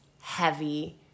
heavy